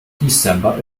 december